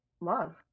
love